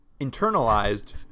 Internalized